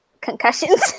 concussions